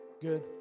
Good